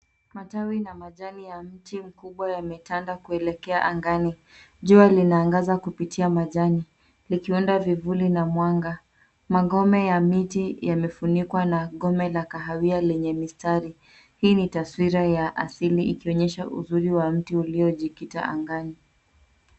Matawi na majani ya mti mkubwa yametanda kuelekea angani. Jua linaangaza kupitia majani. Likiunda vivuli na mwanga. Magome ya miti yamefunikwa na gome la kahawia lenye mistari. Hii ni taswira ya asili ikionyesha uzuri wa mti ulio jikita angani.